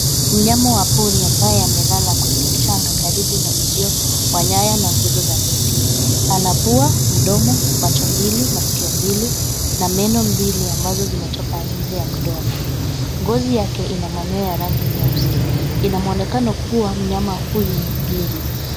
Mnyama wa pori ambaye amelala kwenye mchanga karibu na uzio wa nyaya na nguzo za neti. Ana pua, mdomo, macho mbili, masikio mbili na meno mbili ambazo zimetoka nje ya mdomo. Ngozi yake ina manyoya ya rangi nyeusi. Ina muonekano kuwa mnyama huyu ni ngiri.